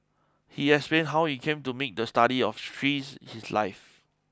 he explained how he came to make the study of trees his life